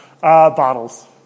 Bottles